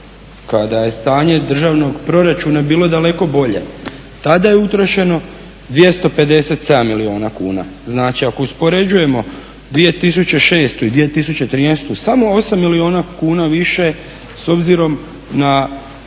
kada je stanje Državnog proračuna bilo daleko bolje. Tada je utrošeno 257 milijuna kuna, znači ako uspoređujemo 2006. i 2013., samo 8 milijuna kuna više s obzirom na